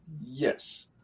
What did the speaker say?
Yes